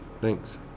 Thanks